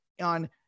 on